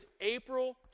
April